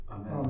Amen